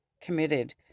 committed